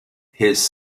his